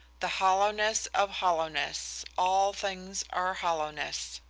the hollowness of hollowness, all things are hollowness,